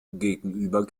gegenüber